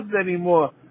anymore